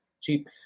cheap